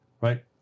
right